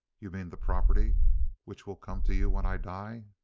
you mean the property which will come to you when i die?